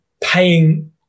paying